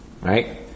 Right